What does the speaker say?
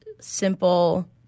simple